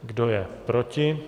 Kdo je proti?